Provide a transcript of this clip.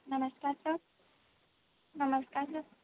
ਨਮਸਕਾਰ ਸਰ ਨਮਸਕਾਰ ਸਰ